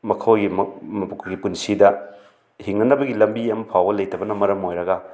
ꯃꯈꯣꯏꯒꯤ ꯄꯨꯟꯁꯤꯗ ꯍꯤꯡꯅꯅꯕꯒꯤ ꯂꯝꯕꯤ ꯑꯃ ꯐꯥꯎꯕ ꯂꯩꯇꯕꯅ ꯃꯔꯝ ꯑꯣꯏꯔꯒ